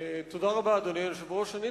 אדוני היושב-ראש, תודה רבה.